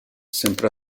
sempre